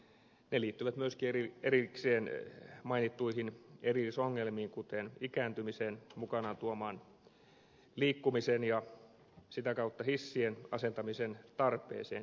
ne liittyvät myöskin erikseen mainittuihin erillisongelmiin kuten ikääntymisen mukanaan tuomaan liikkumiseen ja sitä kautta hissien asentamisen tarpeeseen